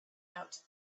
out